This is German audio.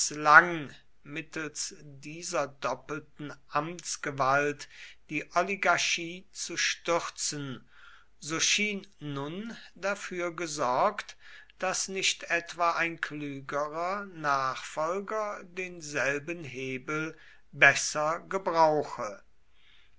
mißlang mittels dieser doppelten amtsgewalt die oligarchie zu stürzen so schien nun dafür gesorgt daß nicht etwa ein klügerer nachfolger denselben hebel besser gebrauche